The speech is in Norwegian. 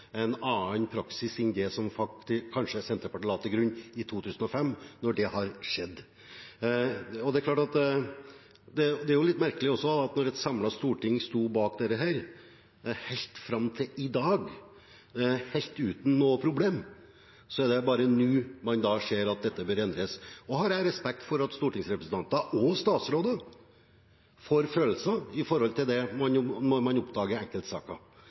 en annen praksis enn det Senterpartiet kanskje la til grunn i 2005, når det har skjedd. Det er også litt merkelig, når et samlet storting har stått bak dette helt fram til i dag, helt uten problem, at det er nå man ser at dette bør endres. Jeg har respekt for at stortingsrepresentanter og statsråder får følelser omkring det man oppdager i enkeltsaker. Det er derfor jeg nå sier at jeg føler det